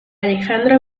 alejandro